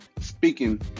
Speaking